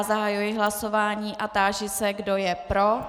Zahajuji hlasování a táži se, kdo je pro.